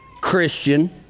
Christian